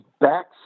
backs